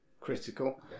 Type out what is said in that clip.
critical